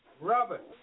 Robert